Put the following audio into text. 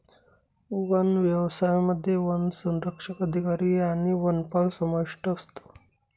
one व्यवसायामध्ये वनसंरक्षक अधिकारी आणि वनपाल समाविष्ट असतो